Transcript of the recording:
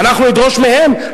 שאנחנו נדרוש מהם,